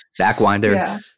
Backwinder